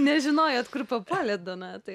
nežinojot kur papuolėt donatai